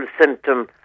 symptom